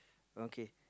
okay